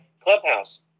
clubhouse